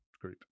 group